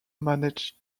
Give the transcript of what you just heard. managed